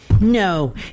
no